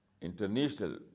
International